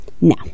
Now